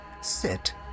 sit